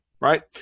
right